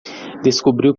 descobriu